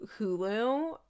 Hulu